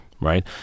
right